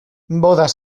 bodas